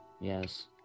Yes